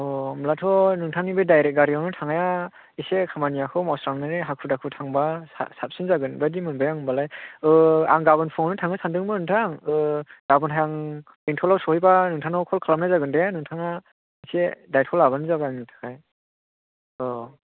अ होमब्लाथ' नोंथांनि बे डायरेक्ट गारिआवनो थांनाया एसे खामानिआख' एसे मावस्रांनानै हाखु दाखु थांबा साबसिन जागोन बायदि मोनबाय आं होमबालाय ओ आं गाबोन फुङावनो थांगोन सानदोंमोन नोंथां ओ गाबोनहाय आं बेंटलाव सहैबा नोंथांनाव कल खालामनाय जागोन दे नोंथाङा एसे दायथ' लाबानो जाबाय आंनि थाखाय औ